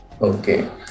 Okay